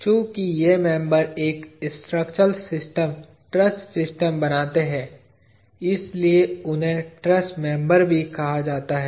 चूंकि ये मेंबर एक स्ट्रक्चरल सिस्टम ट्रस सिस्टम बनाते हैं इसलिए उन्हें ट्रस मेंबर भी कहा जाता है